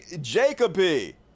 Jacoby